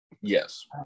Yes